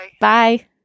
Bye